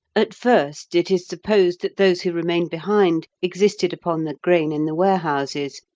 at first it is supposed that those who remained behind existed upon the grain in the warehouses,